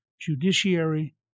judiciary